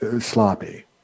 sloppy